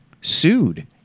sued